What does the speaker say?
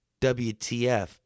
WTF